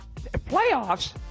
Playoffs